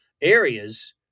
Areas